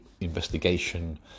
investigation